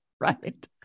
Right